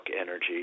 energy